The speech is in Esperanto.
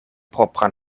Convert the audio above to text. propran